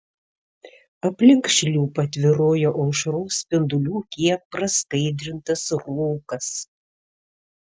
aplink šliupą tvyrojo aušros spindulių kiek praskaidrintas rūkas